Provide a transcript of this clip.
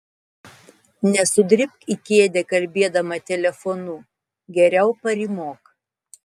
nesudribk į kėdę kalbėdama telefonu geriau parymok